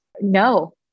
No